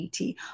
ET